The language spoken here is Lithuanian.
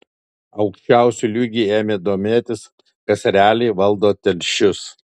aukščiausiu lygiu ėmė domėtis kas realiai valdo telšius